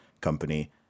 company